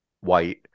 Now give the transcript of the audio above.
white